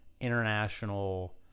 international